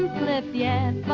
slipped yet